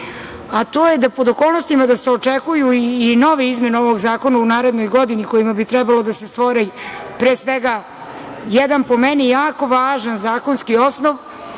a to je da pod okolnostima da se očekuju i nove izmene ovog zakona u narednoj godini kojima bi trebalo da se stvore, pre svega, jedan po meni jako važan zakonski osnov